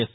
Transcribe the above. yes